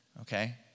okay